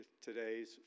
today's